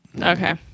Okay